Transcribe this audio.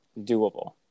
doable